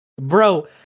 Bro